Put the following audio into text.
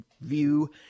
view